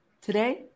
today